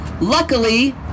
Luckily